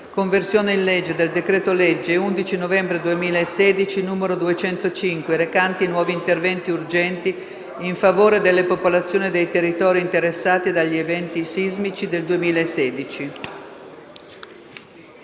«Conversione in legge del decreto-legge 11 novembre 2016, n. 205, recante nuovi interventi urgenti in favore delle popolazioni dei territori interessati dagli eventi sismici del 2016»